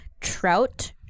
trout